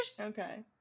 Okay